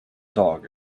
dog